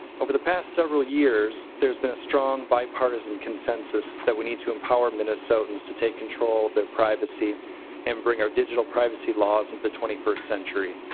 over the past several years there's been a strong bipartisan consensus that we need to empower minnesotans to take control of the privacy and bring our digital privacy laws into the twenty c entury.